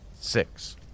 Six